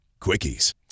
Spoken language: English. quickies